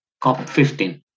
COP15